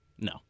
No